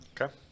Okay